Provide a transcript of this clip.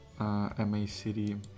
MACD